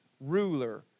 ruler